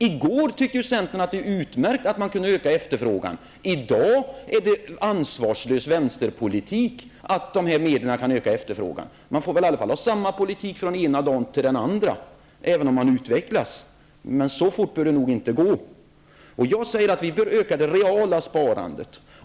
I går tyckte centern att det var utmärkt att man kunde öka efterfrågan. I dag är det ansvarslös vänsterpolitik att dessa medel kan öka efterfrågan. Man får väl i alla fall föra samma politik från den ena dagen till den andra, även om man utvecklas. Men så fort bör det nog inte gå. Jag säger att vi bör öka det reala sparandet.